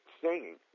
singing